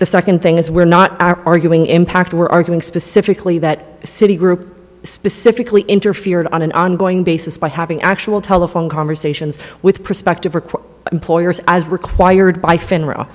the second thing is we're not arguing impact we're arguing specifically that citi group specifically interfered on an ongoing basis by having actual telephone conversations with prospective employers as required by f